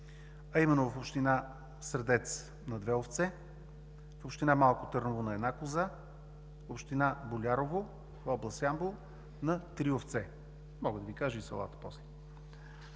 а именно: в община Средец на две овце; в община Малко Търново на една коза; община Болярово, област Ямбол на три овце. След това мога да Ви кажа и селата.